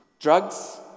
drugs